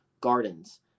Gardens